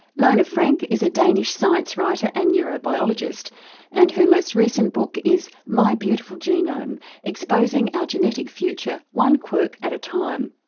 lone frank is a danish science writer and neurobiologist and her most recent book is my beautiful genome exposing our genetic future one quirk at a time.